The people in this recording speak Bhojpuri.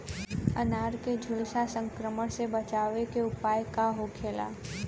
अनार के झुलसा संक्रमण से बचावे के उपाय का होखेला?